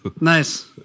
Nice